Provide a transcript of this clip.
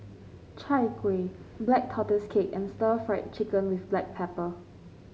Chai Kueh Black Tortoise Cake and Stir Fried Chicken with Black Pepper